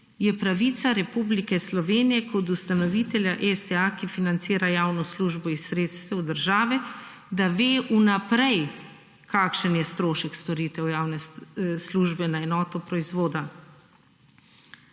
je pravica Republike Slovenije kot ustanovitelja STA, ki financira javno službo iz sredstev države, da ve v naprej kakšen je strošek storitev javne službe na enoto proizvoda.